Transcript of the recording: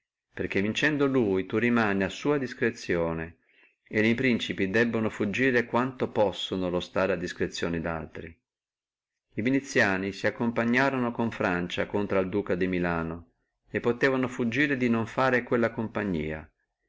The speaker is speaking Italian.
perché vincendo rimani suo prigione e li principi debbono fuggire quanto possono lo stare a discrezione di altri viniziani si accompagnorono con francia contro al duca di milano e potevono fuggire di non fare quella compagnia